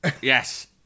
yes